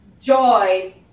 Joy